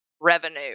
revenue